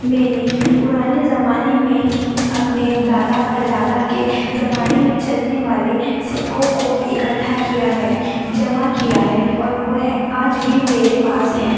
میں نے پرانے زمانے میں اپنے دادا پردادا کے زمانے میں چلنے والے سکوں کو اکٹھا کیا ہے جمع کیا ہے اور وہ آج بھی میرے پاس ہیں